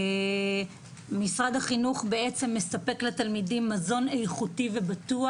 משרד החינוך מספק לתלמידים מזון איכותי ובטוח.